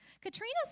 Katrina's